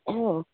অঁ